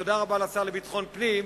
תודה רבה לשר לביטחון פנים,